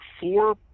four